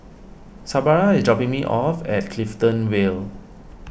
Sabra is dropping me off at Clifton Vale